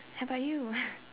how about you